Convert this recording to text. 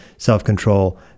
self-control